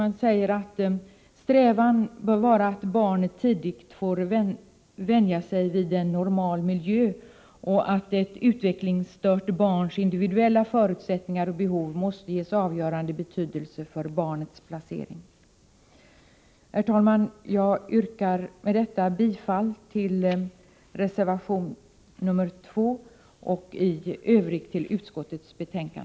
Man säger att strävan bör vara att barnet tidigt får vänja sig vid en normal miljö och att ett utvecklingsstört barns individuella förutsättningar och behov måste ges avgörande betydelse för barnets placering. Herr talman! Jag yrkar med detta bifall till reservation nr 2 och i övrigt bifall till utskottets hemställan.